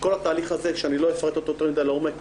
כל התהליך הזה שאני לא אפרט אותו יותר מדי לעומק,